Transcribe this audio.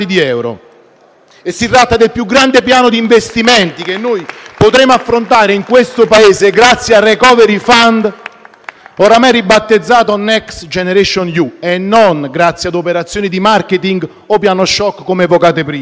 Si tratta di un grande piano di investimenti che noi potremo affrontare in questo Paese grazie al *recovery fund*, oramai ribattezzato Next generation EU, e non grazie alle operazioni di *marketing* o al piano *shock* evocati prima.